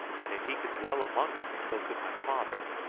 and if he could dwell among them so could my father,